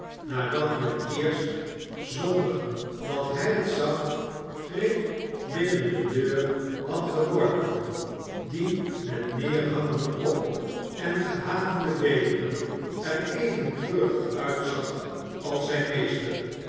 nadat men eerst zonder dat hij het zag grip binnen de deur had geworpen die met neerhangenden kop en verhavende vederen er even treurig uitzag als zijn meester